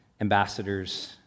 ambassadors